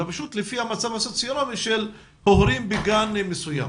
אלא פשוט לפי המצב הסוציו אקונומי של הורים בגן מסוים.